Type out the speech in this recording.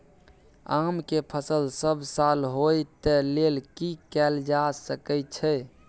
आम के फसल सब साल होय तै लेल की कैल जा सकै छै?